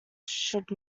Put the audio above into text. should